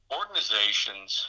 organizations